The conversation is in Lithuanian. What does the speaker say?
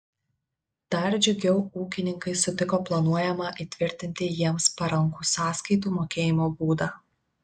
dar džiugiau ūkininkai sutiko planuojamą įtvirtinti jiems parankų sąskaitų mokėjimo būdą